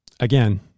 again